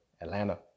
Atlanta